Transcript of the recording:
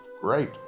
Great